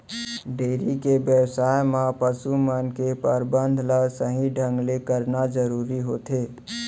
dairy के बेवसाय म पसु मन के परबंध ल सही ढंग ले करना जरूरी होथे